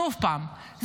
שוב פעם,